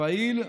פעיל,